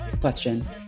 question